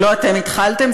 שלא אתם התחלתם.